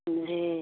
जी